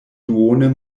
duone